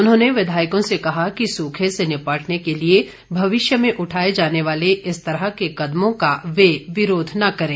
उन्होंने विधायकों से कहा कि सूखे से निपटने के लिए भविष्य में उठाए जाने वाले इस तरह के कदमों का वह विरोध न करें